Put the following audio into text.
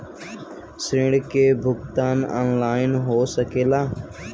ऋण के भुगतान ऑनलाइन हो सकेला?